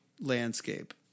landscape